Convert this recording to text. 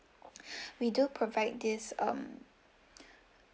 we do provide this um